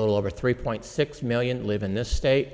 little over three point six million live in the state